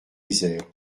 isère